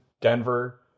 Denver